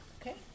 Okay